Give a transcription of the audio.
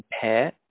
pair